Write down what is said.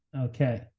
Okay